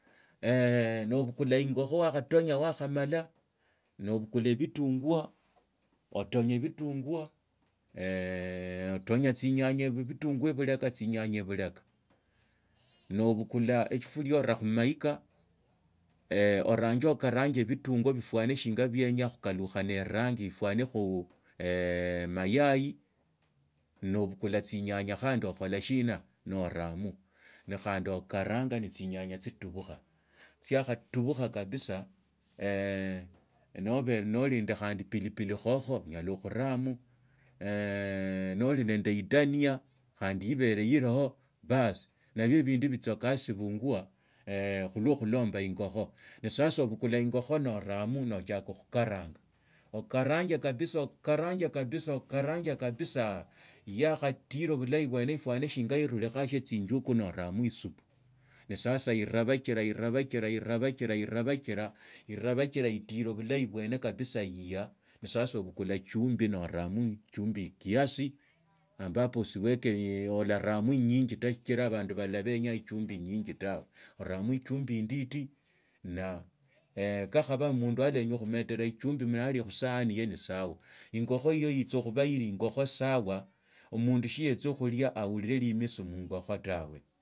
nobukula ingokho wakhatonya wakhamala nobukula bitunguo otonya bitunguo eeeh otonya tsinyanya ebiteno lubika tsinyanya lubeka nobukula eshifuria noraa khumaika orange okarange bitunguo bifanane shinga bienya khukalukhania erangi ifwanikhi mayoyi nobukula tsinyanya khandi okhol shina nooramoo nkhandi okaranya ne sinyanya tsitubukha tuiakha tubukha kabisa nobe nende khandi pilipili khokho onyala khurama noli ninda idania khandi ibere niilaho ingakho na sasa obukula ingokho naoramo na otsiaka khukaranga okaranga kabisa okaranga kabisa yakhatila bulahi bwene ifwane shinga ilurikha shizi chinjuku noorame isupu ine sasa inabochila irabachila irabachila irabachila irabachila ikila bulahi bwene kabisa lia ne sasa obukhulaechumbi noorama echumbi kiasi ambapa oralamo inyinji ta sichira abandu balala baenyaa liohumbi inyinji tawe iramo ichumbi inditi ne kakhaba omundu atenya khumetera ichumbi nalia khusaani ye nisawa ingokha yo itsakhuba ili ingokho sawa omundu siyetsakhulia ahirire limisi muongokho tawe.